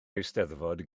eisteddfod